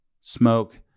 smoke